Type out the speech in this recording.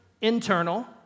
internal